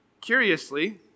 Curiously